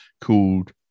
called